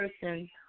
person